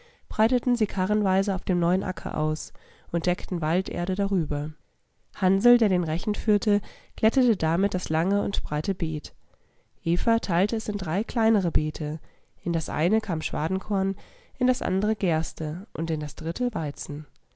breiteten sie karrenweise auf dem neuen acker aus und deckten walderde darüber hansl der den rechen führte glättete damit das lange und breite beet eva teilte es in drei kleinere beete in das eine kam schwadenkorn in das andere gerste und in das dritte weizen